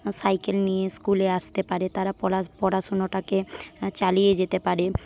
cycle নিয়ে স্কুলে আসতে পারে তারা পড়া পড়াশোনাটাকে চালিয়ে যেতে পারে